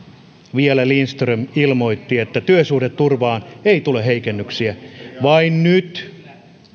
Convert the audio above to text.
vielä ministeri lindström ilmoitti että työsuhdeturvaan ei tule heikennyksiä vaan nyt